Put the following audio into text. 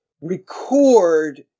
record